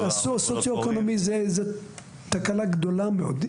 הסוציואקונומי זה תקלה גדולה מאוד,